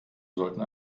sollten